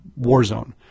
Warzone